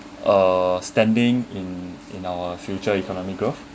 uh standing in in our future economic growth